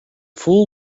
fool